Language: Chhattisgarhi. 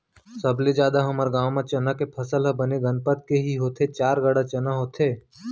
सबले जादा हमर गांव म चना के फसल ह बने गनपत के ही होथे चार गाड़ा चना होथे